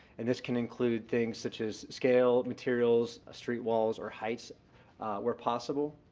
and this can include things such as scale, materials, street walls or heights where possible.